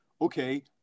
Okay